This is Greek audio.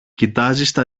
κοιτάζει